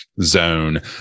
zone